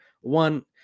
One